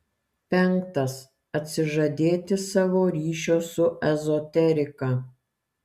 penktas atsižadėti savo ryšio su ezoterika